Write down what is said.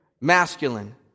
masculine